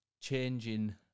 changing